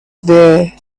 there